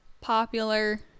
Popular